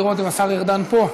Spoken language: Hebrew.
לראות אם השר ארדן פה,